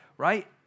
Right